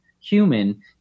human